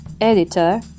editor